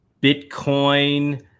Bitcoin